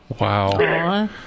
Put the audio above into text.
wow